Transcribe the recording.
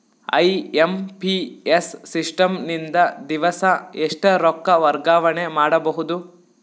IMPS system ನಿಂದ ದಿವಸಾ ಎಷ್ಟ ರೊಕ್ಕ ವರ್ಗಾವಣೆ ಮಾಡಬಹುದು?